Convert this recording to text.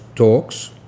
talks